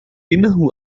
إنه